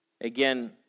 Again